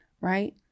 right